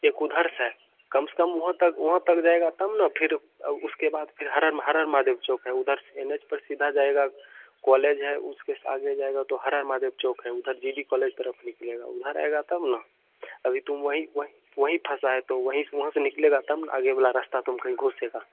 एक उधर से है कम से कम वहाँ तक वहाँ तक जाएगा तब न फिर उसके बाद फिर हर हर म हर हर महादेव चौक है उधर से एन एच पर सीधा जाएगा कॉलेज है उसके आगे जाएगा तो हर हर महादेव चौक है उधर जी डी कॉलेज तरफ निकलेगा उधर आएगा तब न अभी तुम वही वही वहीं फँसा है तो वही स वहाँ से निकलेगा तब न आगे वाला रास्ता तुम कहीं घुसेगा